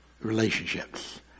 relationships